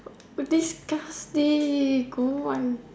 disgusting come on